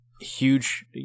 huge